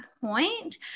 point